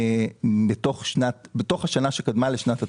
בתוך השנה שקדמה לשנת התקציב.